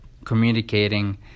communicating